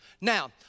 Now